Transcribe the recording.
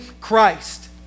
Christ